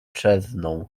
czezną